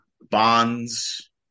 Bonds